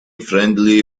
friendly